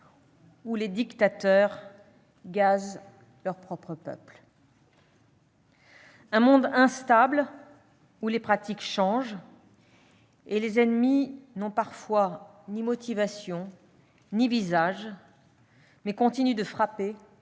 où les dictateurs gazent leur propre peuple. Un monde instable, où les pratiques changent et les ennemis n'ont parfois ni motivation ni visage, mais continuent de frapper